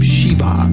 Sheba